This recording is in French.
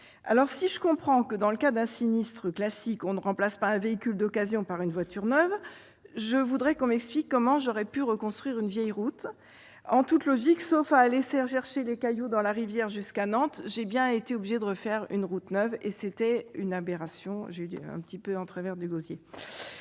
! Si je comprends que, dans le cas d'un sinistre classique, on ne remplace pas un véhicule d'occasion par une voiture neuve, je voudrais que l'on m'explique comment j'aurais pu construire une vieille route ! En toute logique, sauf à aller chercher des cailloux dans la rivière jusqu'à Nantes, j'étais contrainte de refaire la route à neuf ... Une telle aberration me reste quelque peu en travers de